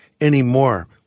anymore